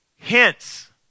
hence